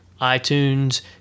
iTunes